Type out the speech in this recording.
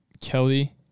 Kelly